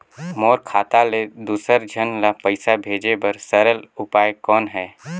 मोर खाता ले दुसर झन ल पईसा भेजे बर सरल उपाय कौन हे?